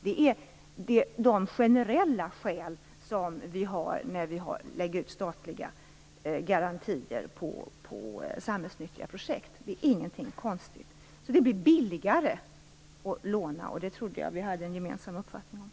Det är de generella skäl som vi har när vi lägger ut statliga garantier på samhällsnyttiga projekt. Det är ingenting konstigt. Det blir billigare att låna. Det trodde jag att vi hade en gemensam uppfattning om.